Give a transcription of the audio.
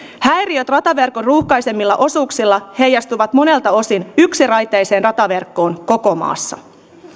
häiriöt rataverkon ruuhkaisemmilla osuuksilla heijastuvat monelta osin yksiraiteiseen rataverkkoon koko maassa